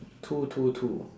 two two two